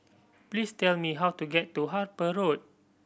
please tell me how to get to Harper Road